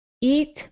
Eat